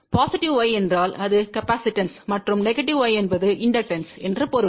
positive Y என்றால் அது capacitance மற்றும் நெகடிவ் Y என்பது இண்டக்டர் என்று பொருள்